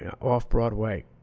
Off-Broadway